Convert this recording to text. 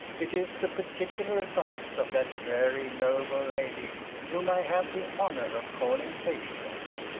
it is the particular advice of that very noble lady whom i have the honour of calling patroness.